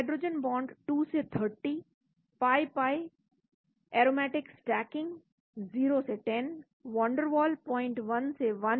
hydrogen bond 2 से 30 pi pi aromatic stacking 0 से 10 van der Waals 01 से 1है